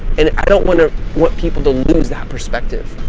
and i don't want to. want people to lose that perspective,